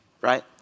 right